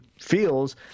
feels